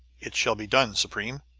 it shall be done, supreme.